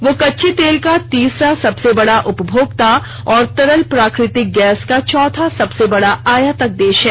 वह कच्चे तेल का तीसरा सबसे बड़ा उपभोक्ता और तरल प्राकृतिक गैस का चौथा सबसे बड़ा आयातक देश है